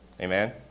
Amen